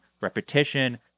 repetition